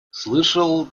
слышал